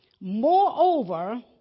moreover